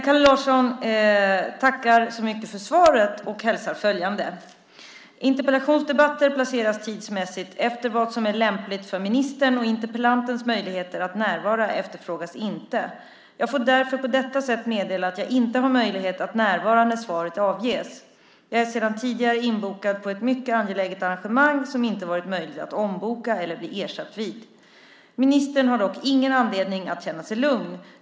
Han tackar så mycket för svaret och hälsar följande: Interpellationsdebatter placeras tidsmässigt efter vad som är lämpligt för ministern, och interpellantens möjligheter att närvara efterfrågas inte. Jag får därför på detta sätt meddela att jag inte har möjlighet att närvara när svaret avges. Jag är sedan tidigare inbokad på ett mycket angeläget arrangemang som inte varit möjligt att omboka eller bli ersatt vid. Ministern har dock ingen anledning att känna sig lugn.